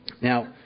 Now